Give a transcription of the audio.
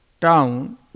Town